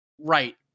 right